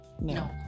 No